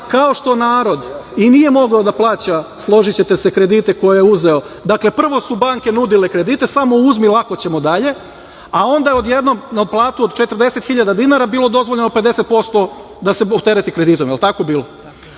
Kao što narod i nije mogao da plaća, složićete se, kredite koje je uzeo. Dakle, prvo su banke nudile kredite, samo uzmi, lako ćemo dalje, a onda je odjednom na platu od 40.000 dinara bilo dozvoljeno 50% da se optereti kreditom. Jel tako bilo?